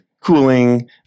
cooling